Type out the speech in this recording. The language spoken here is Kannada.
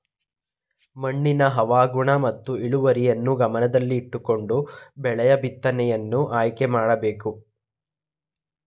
ಮಣ್ಣಿನ ಹವಾಗುಣ ಮತ್ತು ಇಳುವರಿಯನ್ನು ಗಮನದಲ್ಲಿಟ್ಟುಕೊಂಡು ಬೆಳೆಯ ಬಿತ್ತನೆಯನ್ನು ಆಯ್ಕೆ ಮಾಡಿಕೊಳ್ಳಬೇಕು